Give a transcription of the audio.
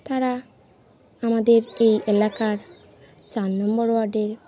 তারা আমাদের এই এলাকার চার নম্বর ওয়ার্ডের